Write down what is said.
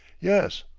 yes,